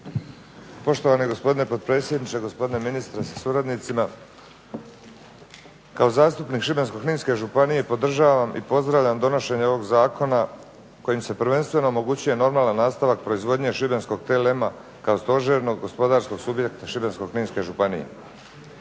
Poštovani gospodine potpredsjedniče, gospodine ministre sa suradnicima. Kao zastupnik Šibensko-kninske županije podržavam i pozdravljam donošenje ovog Zakona kojim se prvenstveno omogućuje normalan nastavak proizvodnje šibenskog TLM-a kao stožernog, gospodarskog subjekta Šibensko-kninske županije